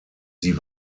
sie